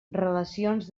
relacions